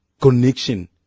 connection